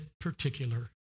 particular